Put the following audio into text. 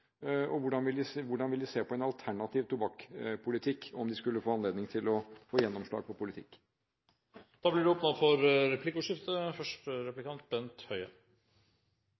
forslagene? Hvordan vil de se på en alternativ tobakkspolitikk om de skulle få anledning til å få gjennomslag for sin politikk? Det blir åpnet for replikkordskifte.